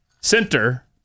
center